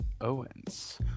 Owens